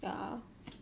yeah